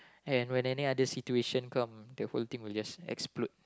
and when in any other situation come the whole thing will just explode